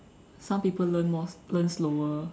some people learn more learn slower